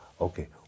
Okay